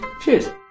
Cheers